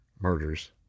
murders